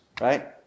right